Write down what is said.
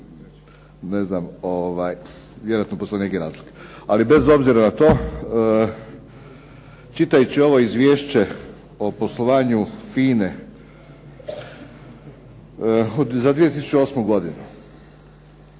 Ne znam, vjerojatno postoji neki razlog. Ali bez obzira na to čitajući ovo izvješće o poslovanju FINA-e za 2008. godinu,